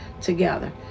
together